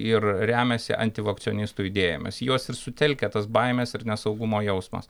ir remiasi antivakcionistų idėjomis juos ir sutelkia tas baimės ir nesaugumo jausmas